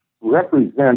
represent